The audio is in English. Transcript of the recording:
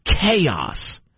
chaos